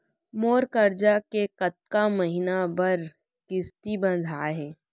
मोर करजा के कतका महीना बर किस्ती बंधाये हे?